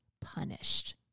punished